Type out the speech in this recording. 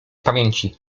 pamięci